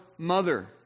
Mother